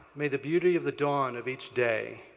may the beauty of the dawn of each day,